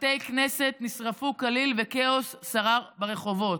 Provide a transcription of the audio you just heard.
בתי כנסת נשרפו כליל וכאוס שרר ברחובות.